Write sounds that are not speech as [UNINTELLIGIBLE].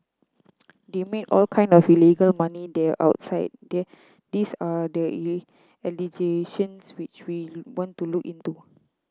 they make all kind of illegal money there outside the these are the [UNINTELLIGIBLE] allegations which we want to look into